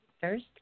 first